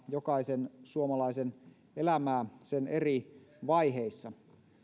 jokaisen suomalaisen elämää sen eri vaiheissa